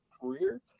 career